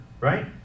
right